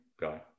guy